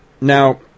Now